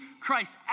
Christ